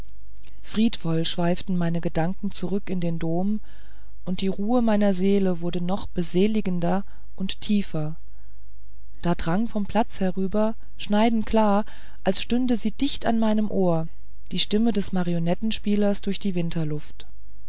friedvoll schweiften meine gedanken zurück in den dom und die ruhe meiner seele wurde noch beseligender und tiefer da drang vom platz herüber schneidend klar als stünde sie dicht an meinem ohr die stimme des marionettenspielers durch die winterluft